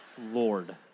Lord